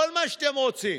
כל מה שאתם רוצים.